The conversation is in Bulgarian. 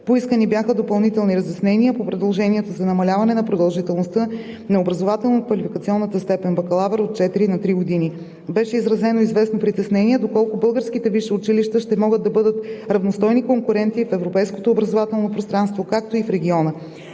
Поискани бяха допълнителни разяснения по предложението за намаляване на продължителността на образователно-квалификационната степен „бакалавър“ от четири на три години. Беше изразено известно притеснение доколко българските висши училища ще могат да бъдат равностойни конкуренти в Европейското образователно пространство, както и в региона.